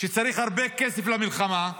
שצריך הרבה כסף למלחמה,